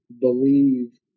believe